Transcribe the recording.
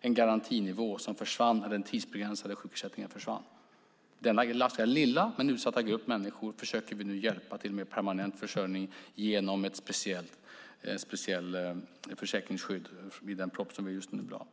en garantinivå som försvann när den tidsbegränsade sjukersättningen försvann. Denna ganska lilla men utsatta grupp människor försöker vi nu hjälpa till mer permanent försörjning genom ett speciellt försäkringsskydd i den proposition som vi just lagt fram.